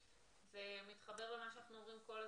זה מתחבר למה שאנחנו אומרים כל הזמן.